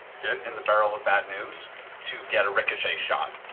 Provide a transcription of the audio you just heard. and the barrel of bad news to get a ricochet shot,